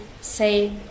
say